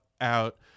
out